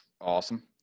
Awesome